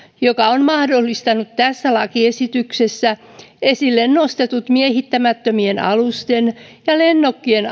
mikä on mahdollistanut tässä lakiesityksessä esille nostetut miehittämättömien alusten ja lennokkien